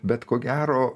bet ko gero